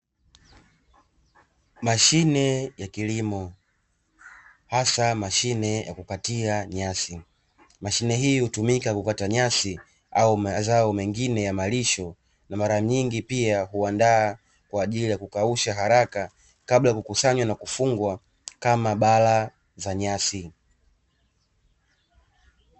Mashine ya kilimo hasa mashine ya kukatia nyasi. Mashine hii hutumika kukata nyasi au mazao mengine ya malisho, na mara nyingi pia huandaa kwa ajili ya kukausha haraka kabla ya kukusanywa na kufungwa kama bala za nyasi.